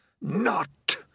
Not